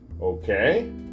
okay